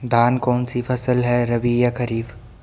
धान कौन सी फसल है रबी या खरीफ?